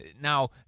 Now